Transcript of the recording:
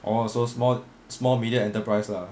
oh so small small medium enterprise lah